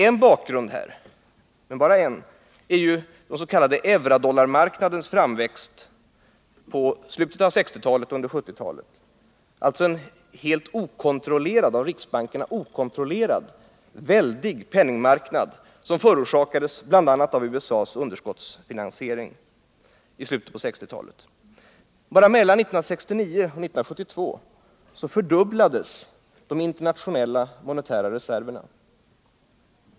En av orsakerna härtill, men bara en, är den s.k. eurodollarmarknadens framväxt under slutet av 1960-talet och under 1970-talet — alltså i en av riksbankerna helt okontrollerad väldig penningmarknad, vars tillkomst förorsakades bl.a. av USA:s underskottsfinansiering i slutet av 1960-talet. Bara mellan 1969 och 1972 fördubblades de internationella monetära reserverna.